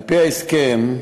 על-פי ההסכם,